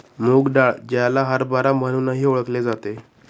मूग डाळ, ज्याला हरभरा म्हणूनही ओळखले जाते